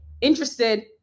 interested